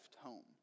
home